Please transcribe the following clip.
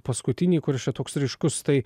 paskutinį kuris čia toks ryškus tai